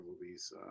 movies